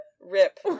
Rip